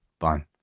fine